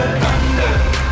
thunder